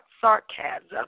sarcasm